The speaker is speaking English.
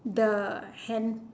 the hen